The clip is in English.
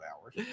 hours